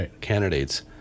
candidates